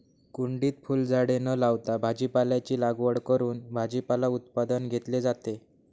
कुंडीत फुलझाडे न लावता भाजीपाल्याची लागवड करून भाजीपाला उत्पादन घेतले जाते